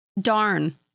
Darn